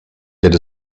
get